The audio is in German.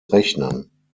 rechnen